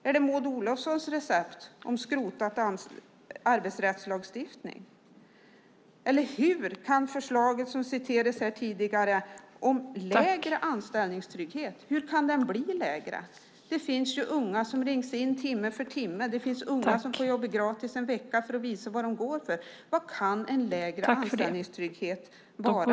Är det Maud Olofssons recept om skrotad arbetsrättslagstiftning? Det citerades här tidigare ett förslag om lägre anställningstrygghet. Hur kan den bli lägre? Det finns ju unga som rings in timme för timme. Det finns unga som får jobba gratis i en vecka för att visa vad de går för. Vad kan en lägre anställningstrygghet vara?